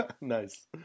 Nice